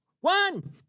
one